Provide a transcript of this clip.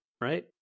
right